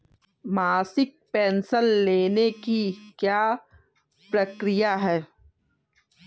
मासिक पेंशन लेने की क्या प्रक्रिया है?